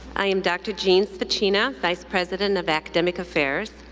i am dr. jean svacina, vice president of academic affairs,